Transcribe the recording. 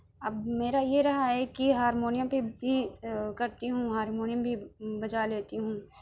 اب میرا یہ رہا ہے کہ ہارمیونیم پہ بھی کرتی ہوں ہارمیونیم بھی بجا لیتی ہوں